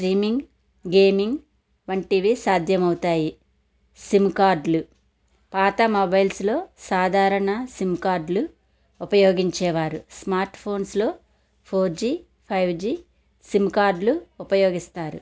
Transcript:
streaming gaming వంటివి సాధ్యమవుతాయి సిమ్కార్డ్లు పాత మొబైల్స్లో సాధారణ సిమ్కార్డ్లు ఉపయోగించేవారు స్మార్ట్ ఫోన్స్లో ఫోర్ జీ ఫైవ్ జీ సిమ్కార్డ్లు ఉపయోగిస్తారు